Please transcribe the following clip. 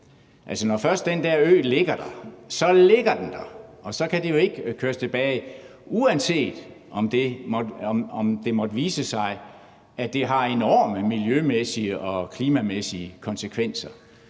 når først den der ø ligger der, ligger den der, og så kan det jo ikke rulles tilbage, uanset om det måtte vise sig, at det har enorme miljømæssige og klimamæssige konsekvenser.